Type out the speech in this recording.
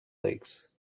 lakes